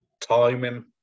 timing